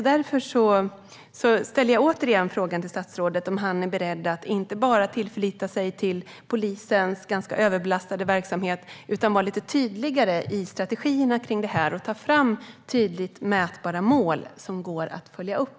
Därför frågar jag återigen statsrådet om han är beredd att inte bara förlita sig på polisens ganska överbelastade verksamhet utan att vara lite tydligare i strategierna kring detta. Är statsrådet beredd att ta fram tydligt mätbara mål som går att följa upp?